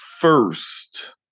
first